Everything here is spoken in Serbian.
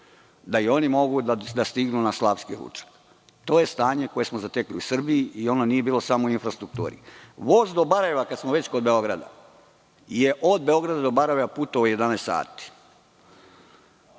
da i oni mogu da stignu na slavski ručak? To je stanje koje smo zatekli u Srbiji i ono nije bilo samo u infrastrukturi. Voz do Barajeva, kada smo već kod Beograda, je od Beograda do Barajeva putovao 11 sati.